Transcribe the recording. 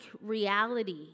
reality